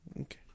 Okay